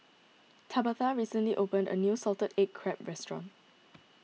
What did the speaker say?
Tabatha recently opened a new Salted Egg Crab restaurant